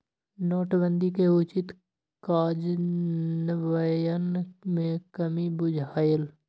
नोटबन्दि के उचित काजन्वयन में कम्मि बुझायल